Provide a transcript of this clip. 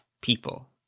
people